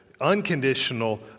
unconditional